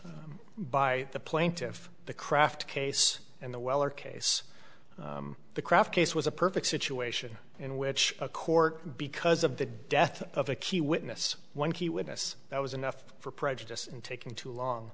cited by the plaintiff the craft case and the weller case the craft case was a perfect situation in which a court because of the death of a key witness one key witness that was enough for prejudice and taking too long